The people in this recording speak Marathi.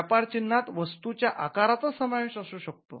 व्यापार चिन्हात वस्तूंच्या आकाराचा समावेश असू शकतो